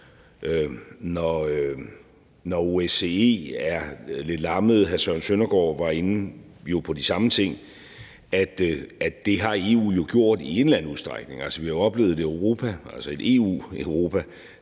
når OSCE er lidt lammet – hr. Søren Søndergaard var inde på de samme ting – at det har EU jo gjort i en eller anden udstrækning. Vi har oplevet et Europa,